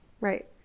Right